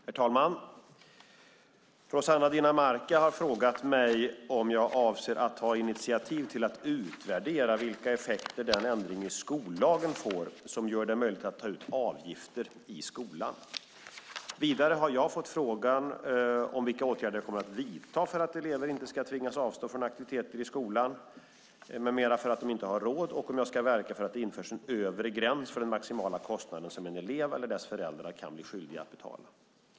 Herr talman! Rossana Dinamarca har frågat om jag avser att ta initiativ till att utvärdera vilka effekter den ändring i skollagen får som gör det möjligt att ta ut avgifter i skolan. Vidare har jag fått frågan om vilka åtgärder jag kommer att vidta för att elever inte ska tvingas avstå från aktiviteter i skolan med mera för att de inte har råd och om jag ska verka för att det införs en övre gräns för den maximala kostnaden som en elev eller dess föräldrar kan bli skyldiga att betala.